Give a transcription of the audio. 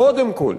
קודם כול,